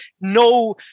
no